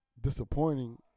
disappointing